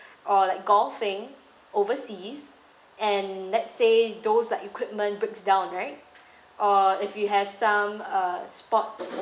or like golfing overseas and let's say those like equipment breaks down right or if you have some uh sports